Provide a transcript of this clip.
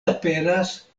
aperas